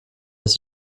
dass